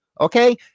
Okay